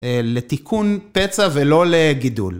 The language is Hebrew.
לתיקון פצע ולא לגידול.